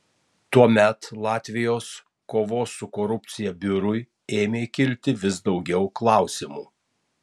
tuomet latvijos kovos su korupcija biurui ėmė kilti vis daugiau klausimų